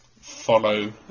follow